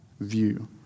view